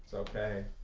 okay,